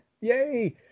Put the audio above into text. Yay